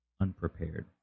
unprepared